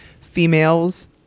Females